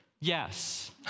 Yes